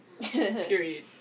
Period